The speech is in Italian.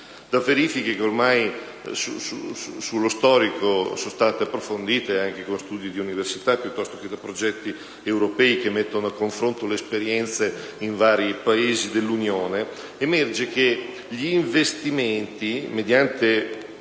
Da verifiche che ormai sullo storico sono state approfondite, anche con studi di università o nell'ambito di progetti europei che mettono a confronto le esperienze in vari Paesi dell'Unione, emerge che gli investimenti mediamente